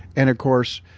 and of course,